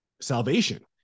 salvation